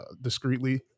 discreetly